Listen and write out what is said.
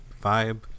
vibe